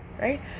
Right